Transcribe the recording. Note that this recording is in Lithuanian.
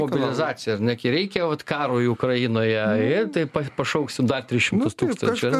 organizacija ar ne kai reikia vat karo ukrainoje ir taip pa pašauksiu dar tris šimtus tūkstančių